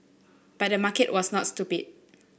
but the market was not stupid